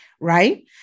right